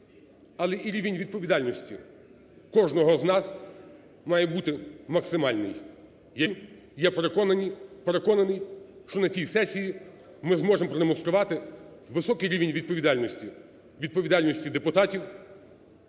Але і рівень відповідальності кожного з нас має бути максимальний. Я вірю, я переконаний, що на цій сесії ми зможемо продемонструвати високий рівень відповідальності,